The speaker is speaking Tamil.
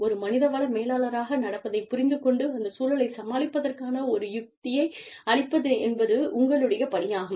ஒரு மனித வள மேலாளராக நடப்பதைப் புரிந்து கொண்டு அந்த சூழலைச் சமாளிப்பதற்கான ஒரு யுக்தியை அளிப்பதென்பது உங்களுடைய பணியாகும்